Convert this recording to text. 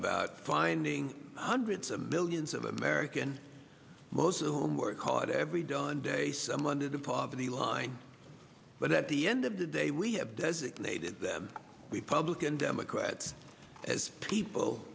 about finding hundreds of millions of american most of whom work hard every day on day some under the poverty line but at the end of the day we have designated them republican democrat as people